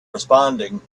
responding